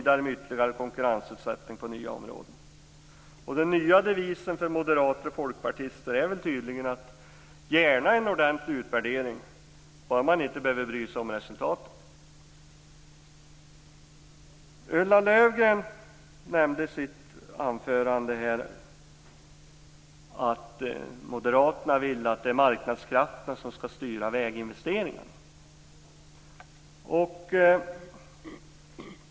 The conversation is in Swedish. Den nya devisen för moderater och folkpartister är tydligen: Gärna en ordentlig utvärdering bara man inte behöver bry sig om resultatet. Ulla Löfgren nämnde i sitt anförande att Moderaterna vill att marknadskrafterna skall styra väginvesteringarna.